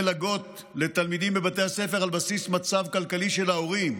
מלגות לתלמידים בבתי הספר על בסיס המצב הכלכלי של ההורים.